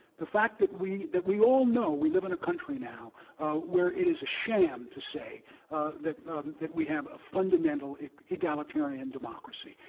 the fact that we that we all know we live in a country now where it is a sham to say that um that we have a fundamental egalitarian democracy.